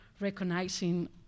recognizing